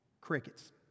Crickets